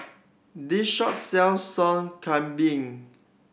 this shop sells Sop Kambing